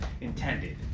intended